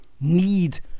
need